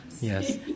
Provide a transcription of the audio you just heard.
Yes